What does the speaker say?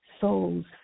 souls